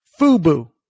FUBU